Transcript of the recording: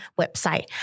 website